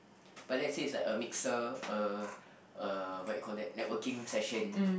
but let's say it's like a mixer uh uh what do you call that networking session